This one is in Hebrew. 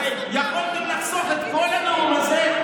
הרי יכולתם לחסוך את כל הנאום הזה,